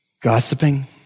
Gossiping